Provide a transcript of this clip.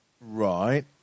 Right